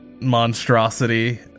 monstrosity